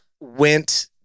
went